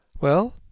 Well